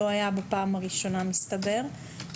לא בפעם הראשונה מסתבר,